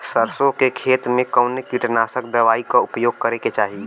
सरसों के खेत में कवने कीटनाशक दवाई क उपयोग करे के चाही?